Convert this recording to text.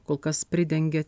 kol kas pridengia